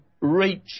reach